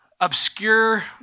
obscure